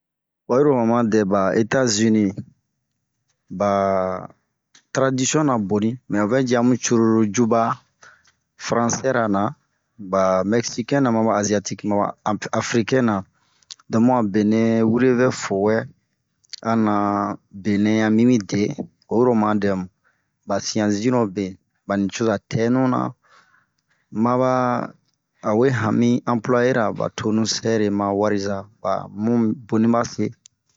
Wayi lo wama dɛbun, Etazini ba taradisiɔnra boni, mɛ ovɛ yi amu cururu yuba faransɛra na, ba mɛksikɛnra maba aziatike ra, maba amp afirikɛn ra, don to bun a benɛ wure vɛ fowɛ, ana benɛ ɲan mimide, oyiro oma dɛmu, ba sian sinhro be, ba nicoza tɛɛnu na, maba a we han mi ampulayera ba tonu sɛre ma wariza. Ba bum boni base.